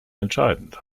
entscheidend